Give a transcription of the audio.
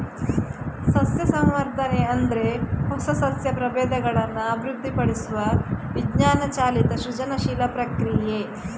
ಸಸ್ಯ ಸಂವರ್ಧನೆ ಅಂದ್ರೆ ಹೊಸ ಸಸ್ಯ ಪ್ರಭೇದಗಳನ್ನ ಅಭಿವೃದ್ಧಿಪಡಿಸುವ ವಿಜ್ಞಾನ ಚಾಲಿತ ಸೃಜನಶೀಲ ಪ್ರಕ್ರಿಯೆ